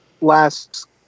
last